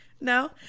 No